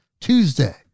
Tuesday